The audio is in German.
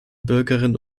bürgerinnen